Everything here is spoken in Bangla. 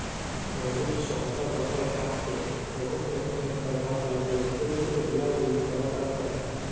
মৌলিক শক্ত গঠল কাঠকে বহুত রকমের ব্যাভারের ল্যাযে উপযুক্ত গুলবলি পরদাল ক্যরে